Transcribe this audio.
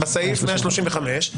בסעיף 135,